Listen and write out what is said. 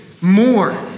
more